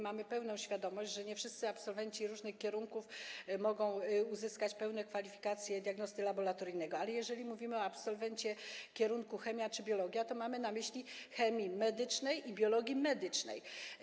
Mamy pełną świadomość, że nie wszyscy absolwenci różnych kierunków mogą uzyskać pełne kwalifikacje diagnosty laboratoryjnego, ale jeżeli mówimy o absolwencie kierunku chemia czy biologia, to mamy na myśli absolwenta chemii medycznej i biologii medycznej.